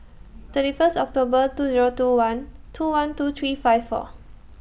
thirty First October two Zero two one two one two three five four